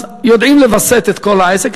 אז יודעים לווסת את כל העסק.